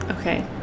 Okay